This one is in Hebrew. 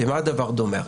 למה הדבר דומה?